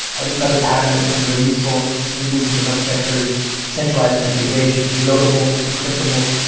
another pattern that becomes very useful when you move to this architecture is centralized configuration, reloadable, encryptable,